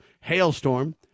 Hailstorm